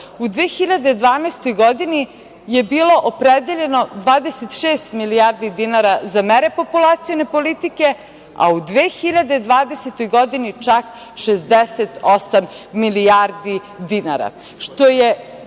U 2012. godini je bilo opredeljeno 26 milijardi dinara za mere populacione politike, a u 2020. godini čak 68 milijardi dinara, što je